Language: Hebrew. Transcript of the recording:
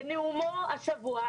בנאומו השבוע,